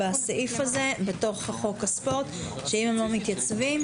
בסעיף הזה בתוך חוק הספורט שאם הם לא מתייצבים,